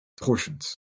portions